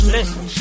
Listen